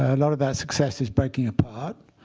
a lot of that success is breaking apart.